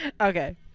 Okay